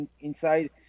inside